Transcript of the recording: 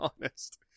honest